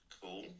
cool